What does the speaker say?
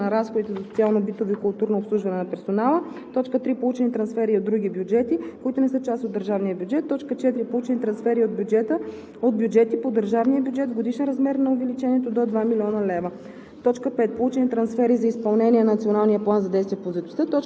на: 1. получени средства от помощи и дарения; 2. вътрешно преструктуриране на разходите за социално-битово и културно обслужване на персонала; 3. получени трансфери от други бюджети, които не са част от държавния бюджет; 4. получени трансфери от бюджети по държавния бюджет в годишен размер на увеличението до 2 млн. лв.;